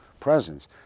presence